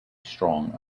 strong